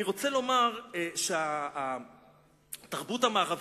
אני רוצה לומר שהתרבות המערבית,